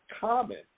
common